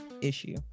issue